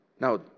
Now